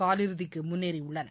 காலிறுதிக்கு முன்னேறியுள்ளனர்